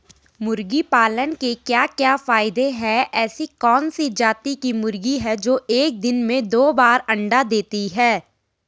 मुर्गी पालन के क्या क्या फायदे हैं ऐसी कौन सी जाती की मुर्गी है जो एक दिन में दो बार अंडा देती है?